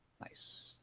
nice